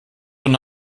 eine